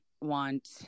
want